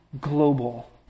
global